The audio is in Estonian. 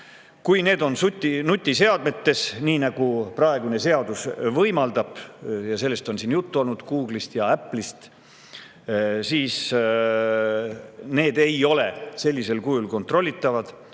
on nutiseadmetes, nii nagu praegune seadus võimaldab – ja sellest on siin juttu olnud, Google'ist ja Apple'ist –, siis need ei ole sellisel kujul kontrollitavad,